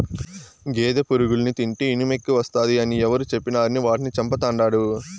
గేదె పురుగుల్ని తింటే ఇనుమెక్కువస్తాది అని ఎవరు చెప్పినారని వాటిని చంపతండాడు